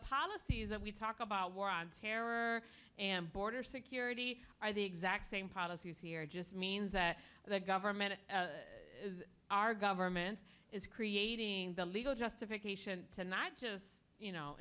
policies that we talk about war on terror and border security are the exact same policies here just means that the government our government is creating the legal justification to not just you know